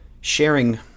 sharing